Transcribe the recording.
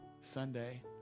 Sunday